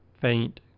faint